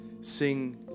sing